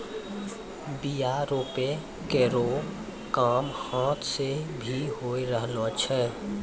बीया रोपै केरो काम हाथ सें भी होय रहलो छै